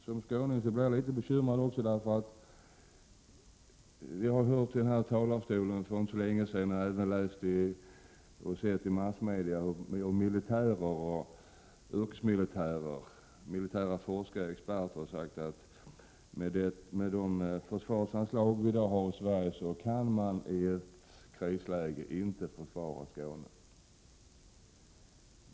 Som skåning är jag också bekymrad över det som har sagts från denna talarstol för en tid sedan, och som även i massmedia har sagts av yrkesmilitärer och militära forskare och experter, om att man med dagens försvarsanslag i ett krisläge inte kan försvara Skåne.